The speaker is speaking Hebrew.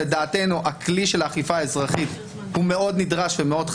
לדעתנו הכלי של האכיפה האזרחית הוא מאוד נדרש ומאוד חסר.